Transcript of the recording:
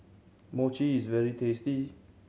mochi is very tasty